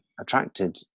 attracted